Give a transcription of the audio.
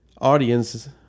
audience